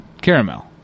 caramel